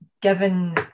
given